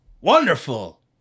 Wonderful